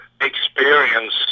experience